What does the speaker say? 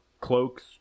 cloaks